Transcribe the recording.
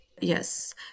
Yes